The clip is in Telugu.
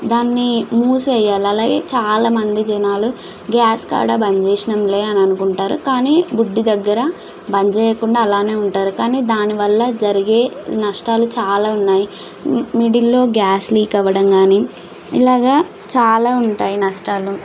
దాన్ని మూసెయ్యాలి అలాగే చాలామంది జనాలు గ్యాస్ కాడ బంద్ చేసినాంలే అని అనుకుంటారు కానీ బుడ్డీ దగ్గర బంద్ చెయ్యకుండా అలానే ఉంటారు కానీ దానివల్ల జరిగే నష్టాలు చాలా ఉన్నాయి మిడిల్లో గ్యాస్ లీక్ అవ్వడం కాని ఇలాగ చాలా ఉంటాయి నష్టాలు